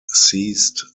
ceased